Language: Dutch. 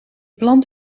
plant